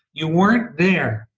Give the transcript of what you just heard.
you weren't there.